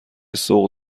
سوق